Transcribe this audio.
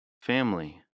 Family